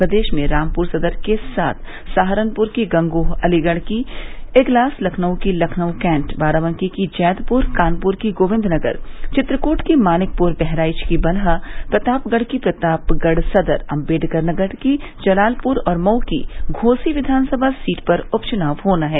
प्रदेश में रामपुर सदर के साथ सहारनपुर की गंगोह अलीगढ़ की इगलास लखनऊ की लखनऊ कैन्ट बाराबंकी की जैदपुर कानपुर की गोविन्द नगर चित्रकृट की मानिकपुर बहराइच की बलहा प्रतापगढ़ की प्रतापगढ़ सदर अम्बेडकरनगर की जलालपुर और मऊ की घोसी विवानसभा सीट पर उप चुनाव होना है